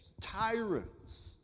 tyrants